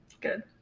Good